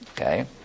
Okay